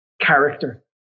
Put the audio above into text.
character